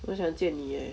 我很想见你 eh